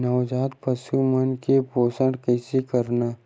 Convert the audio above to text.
नवजात पशु मन के पोषण कइसे करन?